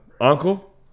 Uncle